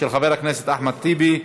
של חבר הכנסת אחמד טיבי.